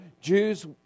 Jews